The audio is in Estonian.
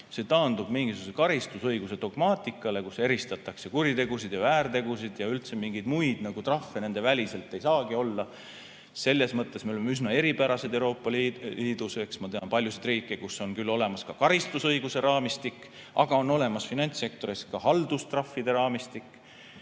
See taandub mingisuguse karistusõiguse dogmaatikale, kus eristatakse kuritegusid ja väärtegusid ja üldse mingeid muid trahve nende väliselt ei saagi olla. Selles mõttes me oleme üsna eripärased Euroopa Liidus, eks. Ma tean paljusid riike, kus on küll olemas ka karistusõiguse raamistik, aga on olemas finantssektoris ka haldustrahvide raamistik.